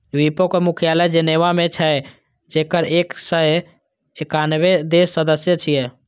विपो के मुख्यालय जेनेवा मे छै, जेकर एक सय एकानबे देश सदस्य छियै